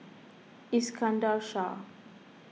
Iskandar Shah